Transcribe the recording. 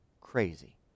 Crazy